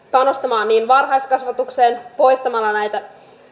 panostamaan niin varhaiskasvatukseen poistamalla näitä